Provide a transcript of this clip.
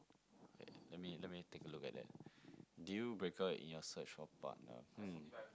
let me let me take a look at that deal breaker in your search for a partner hmm